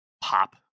pop